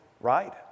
Right